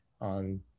on